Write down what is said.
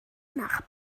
nach